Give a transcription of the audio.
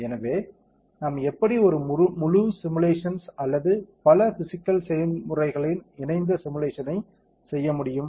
எனவே நாம் எப்படி ஒரு முழு சிமுலேஷன்ஸ் அல்லது பல பிஸிக்கல் செயல்முறைகளின் இணைந்த சிமுலேஷன்ஸ் ஐ செய்ய முடியும்